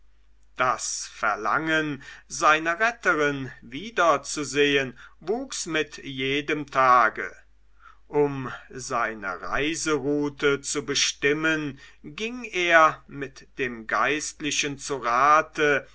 das verlangen seine retterin wiederzusehen wuchs mit jedem tage um seine reiseroute zu bestimmen ging er mit dem geistlichen zu rate